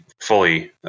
fully